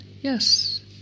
Yes